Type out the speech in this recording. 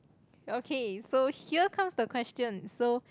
okay so here comes the question so